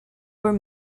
were